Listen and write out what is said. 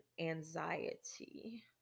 anxiety